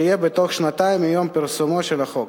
שיהיה בתוך שנתיים מיום פרסומו של החוק.